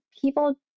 people